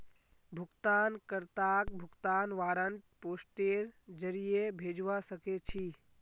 भुगतान कर्ताक भुगतान वारन्ट पोस्टेर जरीये भेजवा सके छी